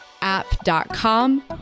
app.com